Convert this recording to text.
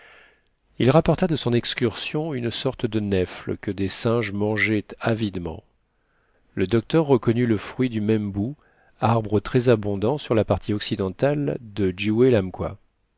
il rapporta de son excursion une sorte de nèfles que des singes mangeaient avidement le docteur reconnut le fruit du mbenbu arbre très abondant sur la partie occidentale de